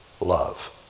love